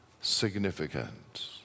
significant